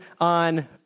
on